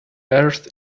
earth